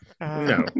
No